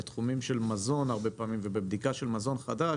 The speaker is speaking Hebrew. בתחומים של מזון הרבה פעמים ובבדיקה של מזון חדש,